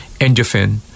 endorphin